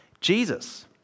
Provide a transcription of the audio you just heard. Jesus